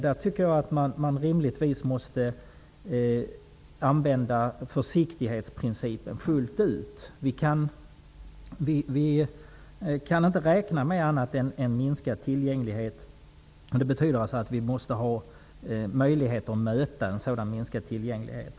Där tycker jag att man rimligtvis måste tillämpa försiktighetsprincipen fullt ut. Vi kan alltså inte räkna med annat än minskad tillgänglighet, och det betyder att vi måste ha möjlighet att möta en sådan minskad tillgänglighet.